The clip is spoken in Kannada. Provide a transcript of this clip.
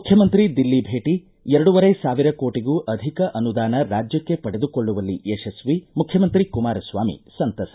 ಮುಖ್ಯಮಂತ್ರಿ ದಿಲ್ಲಿ ಭೇಟ ಎರಡೂವರೆ ಸಾವಿರ ಕೋಟಗೂ ಅಧಿಕ ಅನುದಾನ ರಾಜ್ಯಕ್ಷೆ ಪಡೆದುಕೊಳ್ಳುವಲ್ಲಿ ಯಶ್ವು ಮುಖ್ಚಮಂತ್ರಿ ಕುಮಾರಸ್ವಾಮಿ ಸಂತಸ